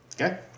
Okay